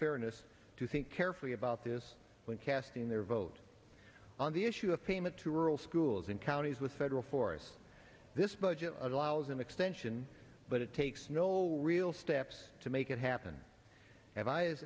fairness to think carefully about this when casting their vote on the issue of payment to rural schools in counties with federal forests this budget allows an extension but it takes no real steps to make it happen